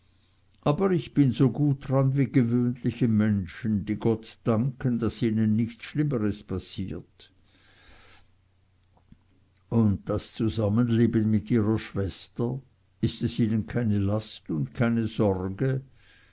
aber ich bin so gut dran wie gewöhnliche menschen die gott schon danken wenn ihnen nichts schlimmes passiert und das zusammenleben mit ihrer schwester ist es ihnen keine last und keine sorge